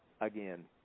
Again